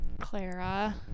clara